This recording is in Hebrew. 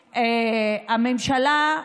שהממשלה,